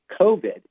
COVID